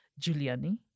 Giuliani